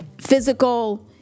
physical